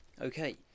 Okay